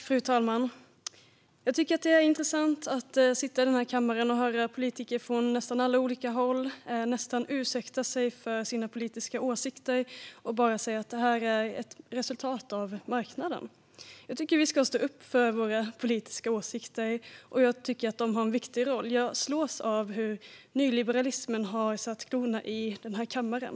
Fru talman! Det är intressant att sitta här i kammaren och höra politiker från alla olika håll nästan ursäkta sig för sina politiska åsikter och säga att något är ett resultat av marknaden. Jag tycker att vi ska stå upp för våra politiska åsikter. De har en viktig roll. Jag slås av hur nyliberalismen har slagit klorna i kammaren.